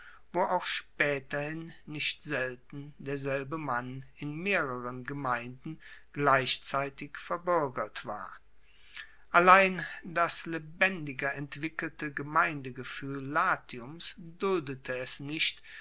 wo auch spaeterhin nicht selten derselbe mann in mehreren gemeinden gleichzeitig verbuergert war allein das lebendiger entwickelte gemeindegefuehl latiums duldete es nicht